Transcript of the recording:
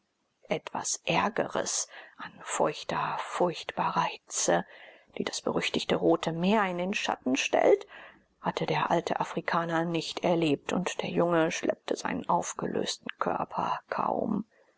etwas ärgeres an feuchter furchtbarer hitze die das berüchtigte rote meer in den schatten stellt hatte der alte afrikaner nicht erlebt und der junge schleppte seinen aufgelösten körper kaum